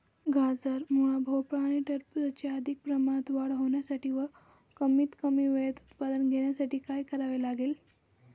गाजर, मुळा, भोपळा आणि टरबूजाची अधिक प्रमाणात वाढ होण्यासाठी व कमीत कमी वेळेत उत्पादन घेण्यासाठी काय करावे लागेल?